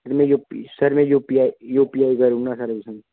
sir में UP sir में UPI UPI करी ओड़ना सर में तुसें ई